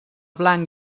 blanc